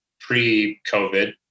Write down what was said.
pre-COVID